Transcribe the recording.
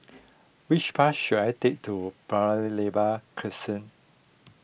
which bus should I take to Paya Lebar